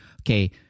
okay